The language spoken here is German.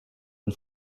ein